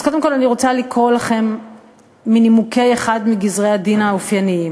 אז קודם כול אני רוצה לקרוא לכם מנימוקי אחד מגזרי-הדין האופייניים: